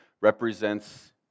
represents